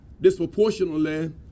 disproportionately